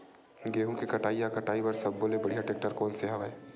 गेहूं के कटाई या कटाई बर सब्बो ले बढ़िया टेक्टर कोन सा हवय?